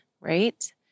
right